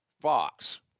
Fox